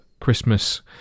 Christmas